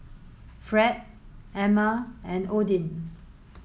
Fred Emma and Odin